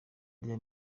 rya